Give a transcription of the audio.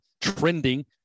trending